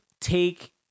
take